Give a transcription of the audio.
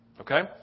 Okay